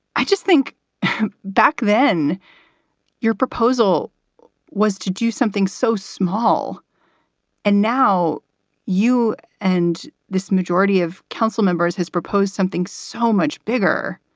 i just think back then your proposal was to do something so small and now you and this majority of council members has proposed something so much bigger.